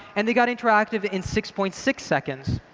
and they got interactive in six point six seconds.